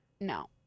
No